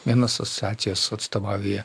vienos asociacijos atstovauja